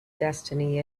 destiny